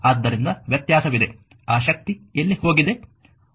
ಆದ್ದರಿಂದ ವ್ಯತ್ಯಾಸವಿದೆ ಆ ಶಕ್ತಿ ಎಲ್ಲಿ ಹೋಗಿದೆ